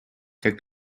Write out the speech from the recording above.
как